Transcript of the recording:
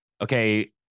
okay